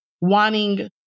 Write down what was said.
wanting